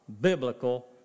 biblical